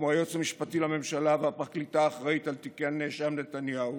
כמו היועץ המשפטי לממשלה והפרקליטה האחראית על תיקי הנאשם נתניהו,